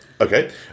okay